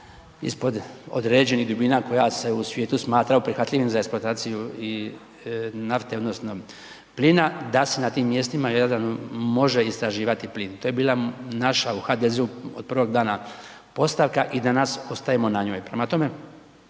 ispod određenih dubina koja se u svijetu smatraju prihvatljivim za eksploataciju nafte odnosno plina, da se na tim mjestima u Jadranu može istraživati plin. To je bila naša u HDZ-u od prvog danas postavka i danas ostajemo na njoj.